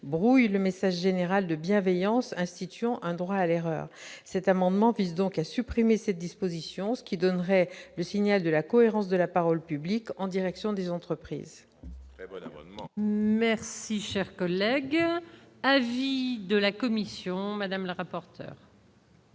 brouille le message général de bienveillance instituant un droit à l'erreur, cet amendement vise donc à supprimer cette disposition, ce qui donnerait le signal de la cohérence de la parole publique en direction des entreprises. Merci, cher collègue, avis de la commission Madame le rapporteur.